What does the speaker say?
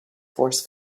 force